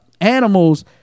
animals